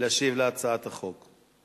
להשיב על הצעת החוק.